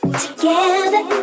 together